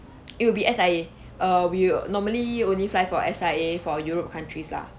it will be S_I_A err we normally only fly for S_I_A for europe countries lah